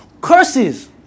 curses